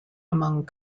among